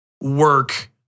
work